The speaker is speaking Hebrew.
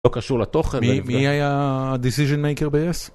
לא קשור לתוכן, מי היה decision maker ביס?